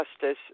Justice